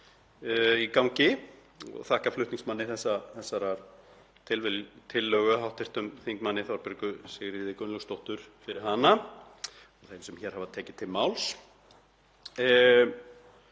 í gangi og þakka flutningsmanni þessarar tillögu, hv. þm. Þorbjörgu Sigríði Gunnlaugsdóttur, fyrir hana og þeim sem hér hafa tekið til máls.